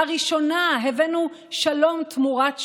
לראשונה הבאנו שלום תמורת שלום.